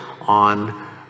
on